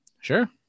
sure